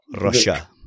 Russia